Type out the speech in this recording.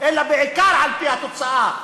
אלא בעיקר על-פי התוצאה.